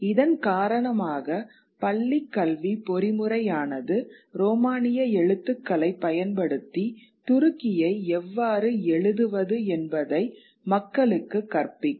இதன் காரணமாக பள்ளிக்கல்வி பொறிமுறையானது ரோமானிய எழுத்துக்களைப் பயன்படுத்தி துருக்கியை எவ்வாறு எழுதுவது என்பதை மக்களுக்குக் கற்பிக்கும்